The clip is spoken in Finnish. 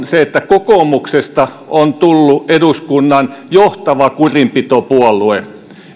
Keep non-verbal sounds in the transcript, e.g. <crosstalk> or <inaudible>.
<unintelligible> se että kokoomuksesta on tullut eduskunnan johtava kurinpitopuolue